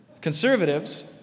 Conservatives